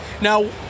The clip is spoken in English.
Now